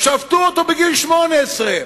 שפטו אותו בגיל 18,